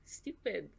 stupid